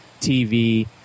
TV